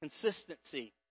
consistency